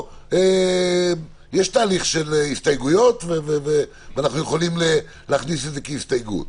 יש תהליך של הסתייגויות ואנחנו יכולים להכניס את זה כהסתייגות.